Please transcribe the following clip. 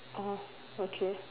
oh okay